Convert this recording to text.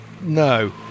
no